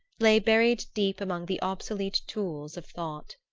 lay buried deep among the obsolete tools of thought.